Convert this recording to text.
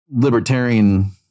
libertarian